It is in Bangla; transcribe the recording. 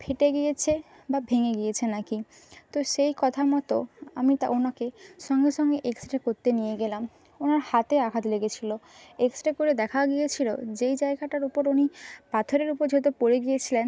ফেটে গিয়েছে বা ভেঙে গিয়েছে নাকি তো সেই কথা মতো আমি তা ওনাকে সঙ্গে সঙ্গে এক্স রে করতে নিয়ে গেলাম ওনার হাতে আঘাত লেগেছিল এক্স রে করে দেখা গিয়েছিলো যেই জায়গাটার ওপর উনি পাথরের উপর যেহেতু পড়ে গিয়েছিলেন